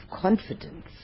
confidence